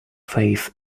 faith